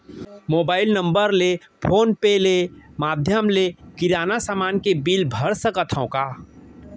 Mobile number ले phone पे ले माधयम ले किराना समान के बिल भर सकथव का?